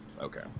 okay